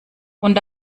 und